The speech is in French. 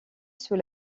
sous